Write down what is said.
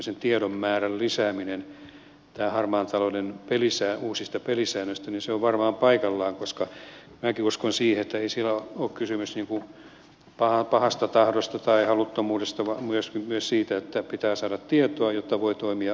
tällainen tiedon määrän lisääminen harmaan talouden uusista pelisäännöistä on varmaan paikallaan koska minäkin uskon siihen että ei siinä ole kysymys pahasta tahdosta tai haluttomuudesta vaan myös siitä että pitää saada tietoa jotta voi toimia oikein